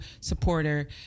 supporter